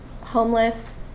homeless